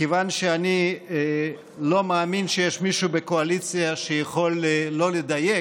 מכיוון שאני לא מאמין שיש מישהו בקואליציה שיכול לא לדייק,